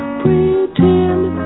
pretend